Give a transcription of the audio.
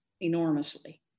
enormously